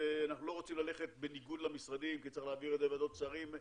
אנחנו לא רוצים ללכת בניגוד למשרדים כי צריך להעביר את זה בוועדות שרים,